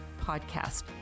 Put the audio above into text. podcast